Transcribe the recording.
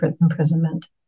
imprisonment